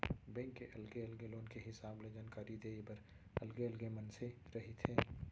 bank म अलगे अलगे लोन के हिसाब ले जानकारी देय बर अलगे अलगे मनसे रहिथे